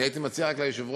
אני הייתי מציע רק ליושב-ראש,